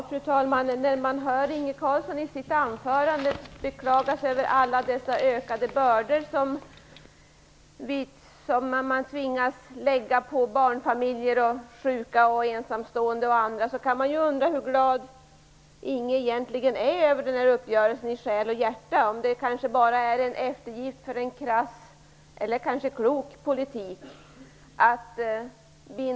Fru talman! När man hör Inge Carlsson i sitt anförande beklaga sig över alla dessa ökade bördor som man tvingas lägga på barnfamiljer, sjuka, ensamstående och andra kan man undra hur glad Inge Carlsson i själ och hjärta är över den här uppgörelsen. Det kanske bara är en eftergift för en krass, eller klok, politik.